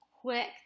quick